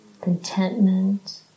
contentment